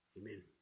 amen